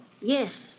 Yes